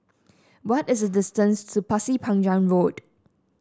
what is the distance to Pasir Panjang Road